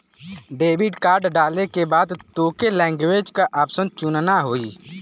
debit card डाले के बाद तोके लैंग्वेज क ऑप्शन चुनना होई